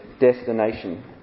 destination